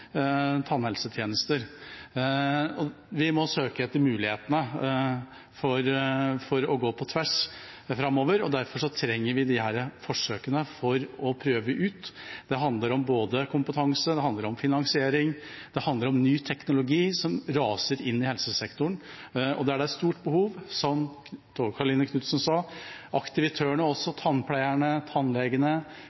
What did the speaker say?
tannhelsetjenester. Vi må søke etter muligheter til å gå på tvers framover, og derfor trenger vi disse forsøkene for å prøve dette ut. Det handler om både kompetanse, finansiering og ny teknologi som raser inn i helsesektoren. Der det er stort behov, som Tove Karoline Knutsen sa, tar aktivitørene, tannpleierne, tannlegene og